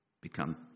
become